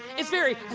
it's very.